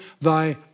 thy